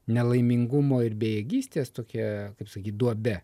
nelaimingumo ir bejėgystės tokia kaip sakyt duobe